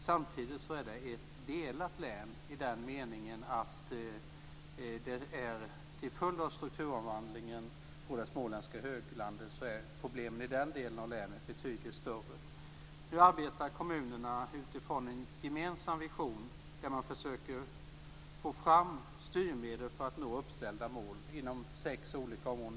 Samtidigt är det ett delat län i den meningen att till följd av strukturomvandlingen på det småländska höglandet är problemen i den delen av länet betydligt större. Nu arbetar kommunerna utifrån en gemensam vision där man försöker få fram styrmedel för att nå uppställda mål inom sex olika områden.